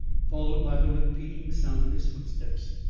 followed by the repeating sound of his footsteps,